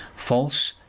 false,